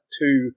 two